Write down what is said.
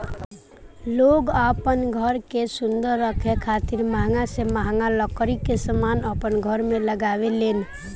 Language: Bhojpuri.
लोग आपन घर के सुंदर रखे खातिर महंगा से महंगा लकड़ी के समान अपन घर में लगावे लेन